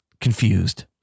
confused